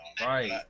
right